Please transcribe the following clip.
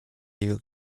jego